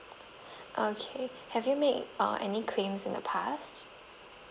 okay have you make uh any claims in the past